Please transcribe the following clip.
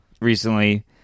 recently